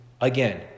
Again